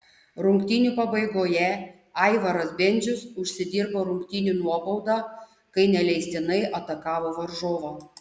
rungtynių pabaigoje aivaras bendžius užsidirbo rungtynių nuobaudą kai neleistinai atakavo varžovą